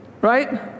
right